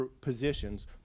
positions